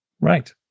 Right